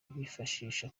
bifashisha